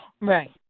right